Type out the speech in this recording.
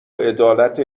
عدالت